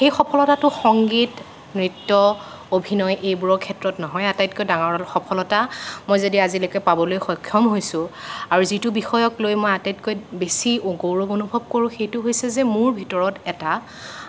এই সফলতাটো সংগীত নৃত্য অভিনয় এইবোৰৰৰ ক্ষেত্ৰত নহয় আটাইতকৈ ডাঙৰ সফলতা মই যদি আজিলৈকে পাবলৈ সক্ষম হৈছোঁ আৰু যিটো বিষয়ক লৈ মই আটাইতকৈ বেছি গৌৰৱ অনুভৱ কৰোঁ সেইটো হৈছে যে মোৰ ভিতৰত এটা